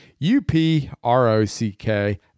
u-p-r-o-c-k